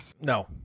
No